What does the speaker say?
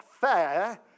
fair